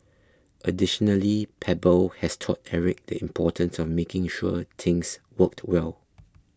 additionally Pebble has taught Eric the importance of making sure things worked well